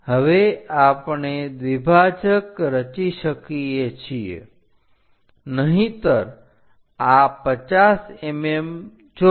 હવે આપણે દ્વિભાજક રચી શકીએ છીએ નહીંતર આ 50 mm જોડો